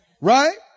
right